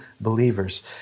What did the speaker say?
believers